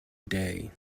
day